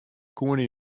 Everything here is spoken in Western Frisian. koene